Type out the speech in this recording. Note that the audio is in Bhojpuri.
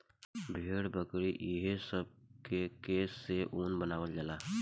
भेड़, बकरी ई हे सब के केश से ऊन बनावल जाला